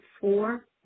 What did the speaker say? four